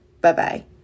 Bye-bye